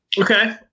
Okay